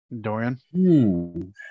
Dorian